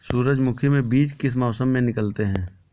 सूरजमुखी में बीज किस मौसम में निकलते हैं?